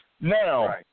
Now